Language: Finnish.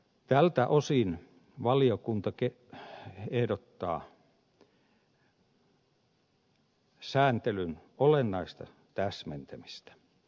tältä osin valiokunta ehdottaa sääntelyn olennaista täsmentämistä